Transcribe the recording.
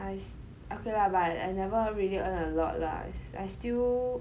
ah it's okay lah but I never really earn a lot lah I I still